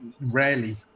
rarely